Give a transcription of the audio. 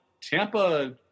Tampa